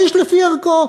איש לפי ערכו.